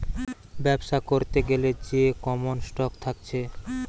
বেবসা করতে গ্যালে যে কমন স্টক থাকছে